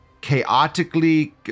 chaotically